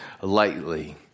lightly